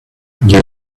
you